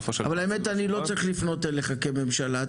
האמת היא שאני לא צריך לפנות אליך כממשלה.